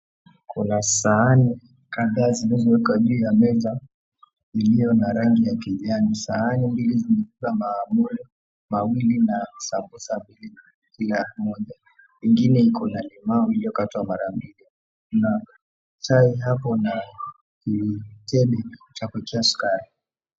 Kuna sahani ka𝑑ℎ𝑎𝑎 𝑧𝑖ili𝑧owekwa juu ya meza iliyo na rangi ya kijani, sahani mbili imewekwa mahamri mawili na sambusa mbili kila moja, ingine iko na limau iliyokatwa mara mbili na chai hapo na kitene cha kuwekea sukari.